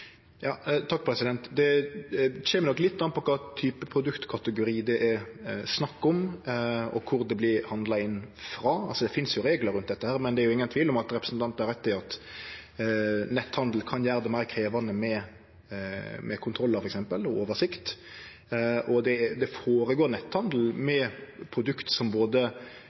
Det kjem nok litt an på kva type produktkategori det er snakk om, og kor det vert handla inn frå. Det finst jo reglar rundt dette, men det er ingen tvil om at representanten har rett i at netthandel kan gjere det meir krevjande med kontrollar, f.eks., og oversikt. Og det føregår netthandel med produkt som